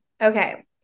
Okay